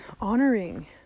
honoring